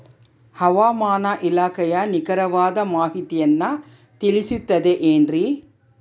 ಹವಮಾನ ಇಲಾಖೆಯ ನಿಖರವಾದ ಮಾಹಿತಿಯನ್ನ ತಿಳಿಸುತ್ತದೆ ಎನ್ರಿ?